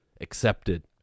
accepted